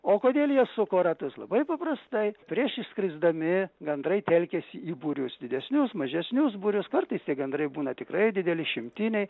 o kodėl jie suko ratus labai paprastai prieš išskrisdami gandrai telkiasi į būrius didesnius mažesnius būrius kartais tie gandrai būna tikrai dideli išimtiniai